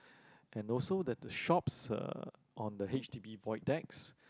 and also that the shops uh on the H_D_B void decks